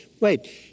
wait